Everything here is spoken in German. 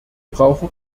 brauchen